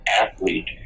athlete